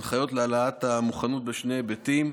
הנחיות להעלאת המוכנות בשני היבטים: